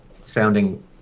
sounding